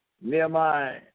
Nehemiah